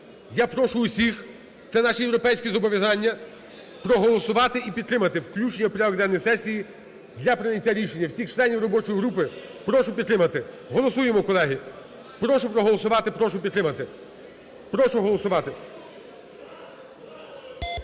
Я прошу всіх, це наші європейські зобов'язання, проголосувати і підтримати включення у порядок денний сесії для прийняття рішення, всіх членів робочої групи, прошу підтримати. Голосуємо, колеги. Прошу проголосувати, прошу підтримати. Прошу голосувати.